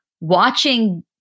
watching